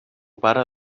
pare